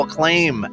claim